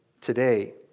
today